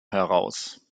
heraus